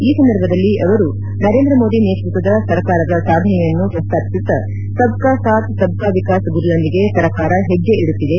ಈ ಸಂದರ್ಭದಲ್ಲಿ ಅವರು ನರೇಂದ್ರ ಮೋದಿ ನೇತೃತ್ವದ ಸರ್ಕಾರದ ಸಾಧನೆಯನ್ನು ಪ್ರಸ್ತಾಪಿಸುತ್ತಾ ಸಬ್ ಕಾ ಸಾತ್ ಸಬ್ ಕಾ ವಿಕಾಸ್ ಗುರಿಯೊಂದಿಗೆ ಸರ್ಕಾರ ಹೆಜ್ಜೆ ಇಡುತ್ತಿದೆ